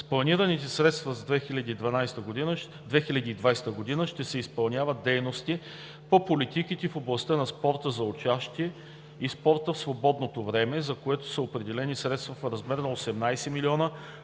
С планираните средства за 2020 г. ще се изпълняват дейности по политиките в областта на спорта за учащи и спорта в свободното време, за което са определени средства в размер на 18 млн.